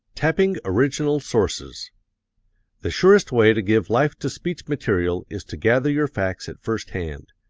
tapping original sources the surest way to give life to speech-material is to gather your facts at first hand.